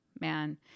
man